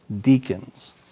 deacons